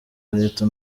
leta